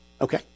Okay